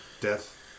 death